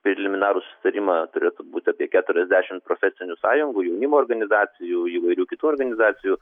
preliminarų susitarimą turėtų būti apie keturiasdešimt profesinių sąjungų jaunimo organizacijų įvairių kitų organizacijų